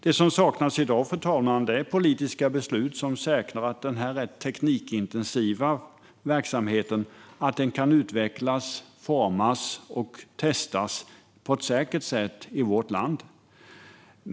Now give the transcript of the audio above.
Det som saknas i dag, fru talman, är politiska beslut som säkrar att denna teknikintensiva verksamhet kan utvecklas, formas och testas på ett säkert sätt i vårt land.